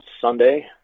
Sunday